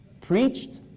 preached